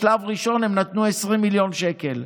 בשלב ראשון הם נתנו 20 מיליון שקל.